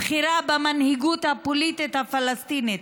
הבכירה, במנהיגות הפוליטית הפלסטינית,